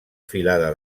filada